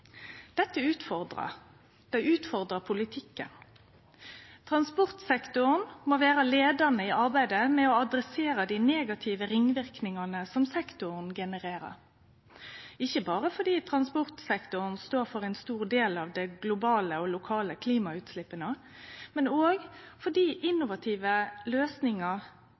Dette utfordrar. Det utfordrar politikken. Transportsektoren må vere leiande i arbeidet med å adressere dei negative ringverknadene sektoren genererer, ikkje berre fordi transportsektoren står for ein stor del av dei globale og lokale klimautsleppa, men òg fordi innovative løysingar